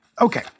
Okay